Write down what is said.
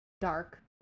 dark